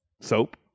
Soap